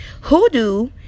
Hoodoo